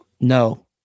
No